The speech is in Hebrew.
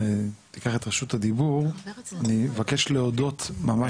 תיקח את רשות הדיבור, אני מבקש להודות ממש